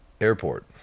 airport